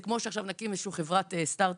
זה כמו שעכשיו נקים איזושהי חברת סטארט-אפ,